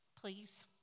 please